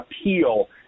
appeal